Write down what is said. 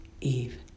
Eve